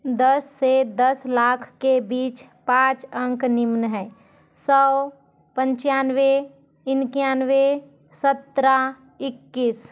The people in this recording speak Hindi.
दस से दस लाख के बीच पाँच अंक निम्न हैं सौ पंचानवे इक्यानवे सत्रह इक्कीस